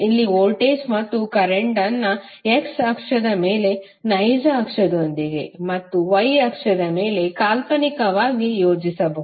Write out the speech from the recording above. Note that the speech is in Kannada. ಇಲ್ಲಿ ವೋಲ್ಟೇಜ್ ಮತ್ತು ಕರೆಂಟ್ ಅನ್ನು x ಅಕ್ಷದ ಮೇಲೆ ನೈಜ ಅಕ್ಷದೊಂದಿಗೆ ಮತ್ತು y ಅಕ್ಷದ ಮೇಲೆ ಕಾಲ್ಪನಿಕವಾಗಿ ಯೋಜಿಸಿಬಹುದು